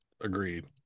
Agreed